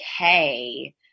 okay